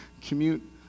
commute